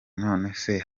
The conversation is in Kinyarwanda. nonese